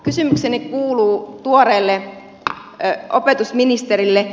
kysymykseni kuuluu tuoreelle opetusministerille